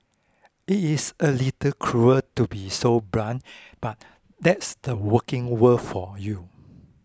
it is a little cruel to be so blunt but that's the working world for you